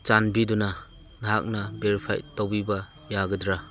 ꯆꯥꯟꯕꯤꯗꯨꯅ ꯅꯍꯥꯛꯅ ꯕꯦꯔꯤꯐꯥꯏꯗ ꯇꯧꯕꯤꯕ ꯌꯥꯒꯗ꯭ꯔꯥ